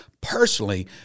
personally